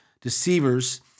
deceivers